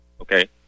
Okay